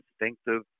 instinctive